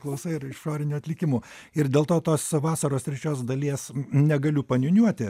klausa ir išoriniu atlikimu ir dėl to tos vasaros trečios dalies n negaliu paniūniuoti